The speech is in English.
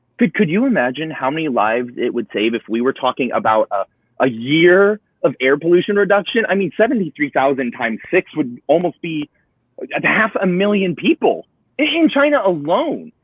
but could you imagine how many lives it would save if we were talking about ah a year of air pollution reduction? i mean, seventy three thousand times six would almost be and half a million people in china alone.